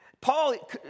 Paul